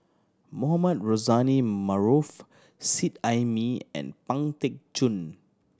Mohamed Rozani Maarof Seet Ai Mee and Pang Teck Joon